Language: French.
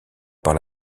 par